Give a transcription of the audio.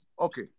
Okay